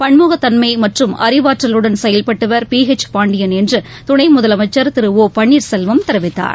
பண்முகத்தன்மை மற்றும் அறிவாற்றலுடன் செயல்பட்டவர் பி எச் பாண்டியன் என்று துணை முதலமைச்சர் திரு ஓ பன்னீர்செல்வம் தெரிவித்தார்